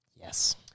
Yes